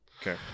Okay